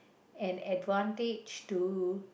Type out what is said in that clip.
an advantage to